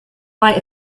light